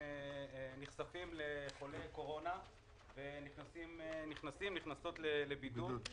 נחשפים לחולי קורונה ונכנסים לבידוד.